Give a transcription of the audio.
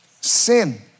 sin